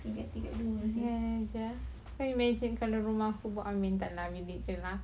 ya can you imagine kalau rumah aku buat ambin dalam bilik tu nah